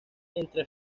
entre